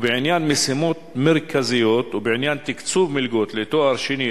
וב"משימות מרכזיות" בעניין "תקצוב מלגות לתואר שני,